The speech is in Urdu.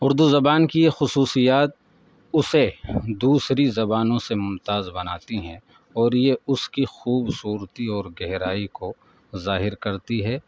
اردو زبان کی یہ خصوصیات اسے دوسری زبانوں سے ممتاز بناتی ہیں اور یہ اس کی خوبصورتی اور گہرائی کو ظاہر کرتی ہے